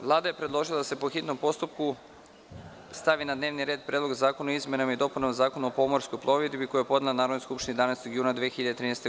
Vlada je predložila da se po hitnom postupku stavi na dnevni red Predlog zakona o izmenama i dopunama Zakona o pomorskoj plovidbi, koji je podnela Narodnoj skupštini 11. juna 2013. godine.